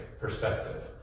perspective